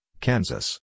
Kansas